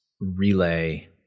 Relay